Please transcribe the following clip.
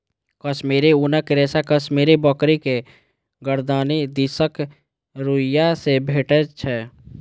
कश्मीरी ऊनक रेशा कश्मीरी बकरी के गरदनि दिसक रुइयां से भेटै छै